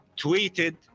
tweeted